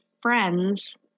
friends